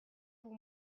pour